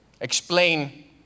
explain